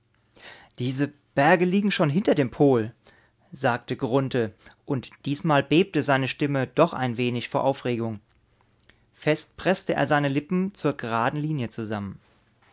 diese berge liegen schon hinter dem pol sagte grunthe und diesmal bebte seine stimme doch ein wenig vor aufregung fest preßte er seine lippen zur geraden linie zusammen